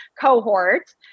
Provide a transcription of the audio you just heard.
cohort